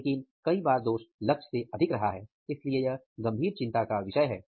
लेकिन कई बार दोष लक्ष्य से अधिक रहा है इसलिए यह गंभीर चिंता का विषय है